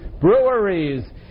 breweries